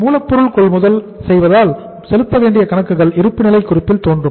மூலப்பொருளை கொள்முதல் செய்வதால் செலுத்தவேண்டிய கணக்குகள் இருப்புநிலை குறிப்பில் தோன்றும்